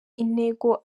intego